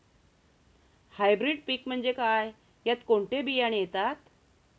Hybrid पीक म्हणजे काय? यात कोणते बियाणे येतात?